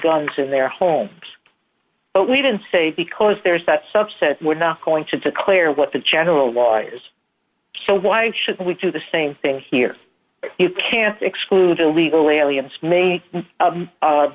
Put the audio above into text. guns in their home but we didn't say because there's that subset we're not going to declare what the general law is so why should we do the same thing here you can't exclude illegal aliens ma